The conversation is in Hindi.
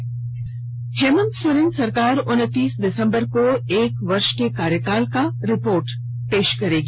राज्य की हेमंत सोरेन सरकार उनतीस दिसंबर को एक वर्ष के कार्यकाल का रिपोर्ट कार्ड पेश करेगी